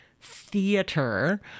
theater